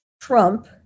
Trump